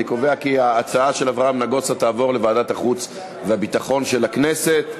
אני קובע כי ההצעה של אברהם נגוסה תעבור לוועדת החוץ והביטחון של הכנסת.